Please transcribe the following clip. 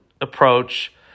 approach